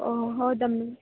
ಓಹ್ ಹೌದಾ ಮಮ್